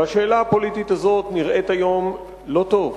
והשאלה הפוליטית הזאת נראית היום לא טוב.